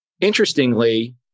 interestingly